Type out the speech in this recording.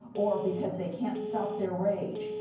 or because they can't stop their rage,